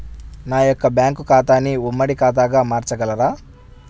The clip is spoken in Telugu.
నా యొక్క బ్యాంకు ఖాతాని ఉమ్మడి ఖాతాగా మార్చగలరా?